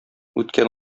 үткән